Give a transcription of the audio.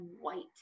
white